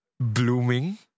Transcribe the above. blooming